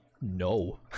no